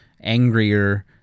angrier